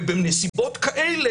ובנסיבות כאלה,